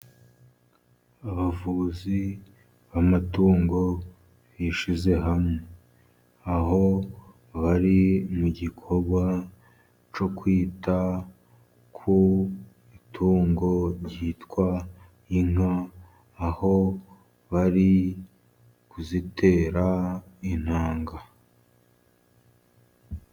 Abavuzi b'amatungo bishyize hamwe, aho bari mu gikorwa cyo kwita ku itungo ryitwa inka aho bari kuzitera intanga.